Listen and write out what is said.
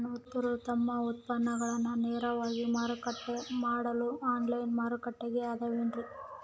ರೈತರು ತಮ್ಮ ಉತ್ಪನ್ನಗಳನ್ನ ನೇರವಾಗಿ ಮಾರಾಟ ಮಾಡಲು ಆನ್ಲೈನ್ ಮಾರುಕಟ್ಟೆ ಅದವೇನ್ರಿ?